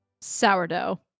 Sourdough